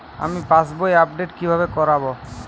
আমি পাসবই আপডেট কিভাবে করাব?